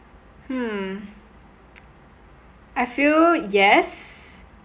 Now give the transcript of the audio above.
hmm I feel yes